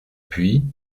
puis